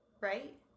right